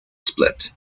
split